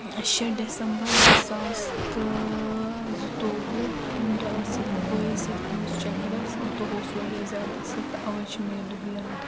شیٚے ڈٮ۪سمبر زٕ ساس تہٕ زٕتووُہ امہِ دۄہ ٲسٕس بہٕ بٲیِس سۭتۍ گٔمٕژ چکرس یہِ دۄہ اوس واریاہ زیادٕ اصل تہٕ اوے چھُ مےٚ یہِ دۄہ یاد